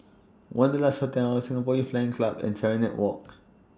Wanderlust Hotel Singapore Youth Flying Club and Serenade Walk